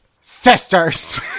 sisters